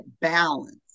balance